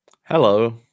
Hello